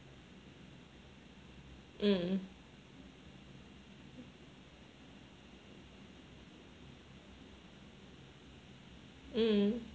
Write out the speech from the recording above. mm mm